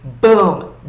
boom